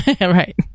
Right